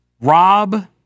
Rob